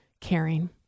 caring